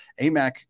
Amac